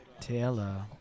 Taylor